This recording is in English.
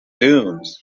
dunes